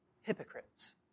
Hypocrites